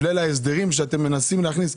ליל ההסדרים שאתם מנסים להכניס,